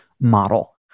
model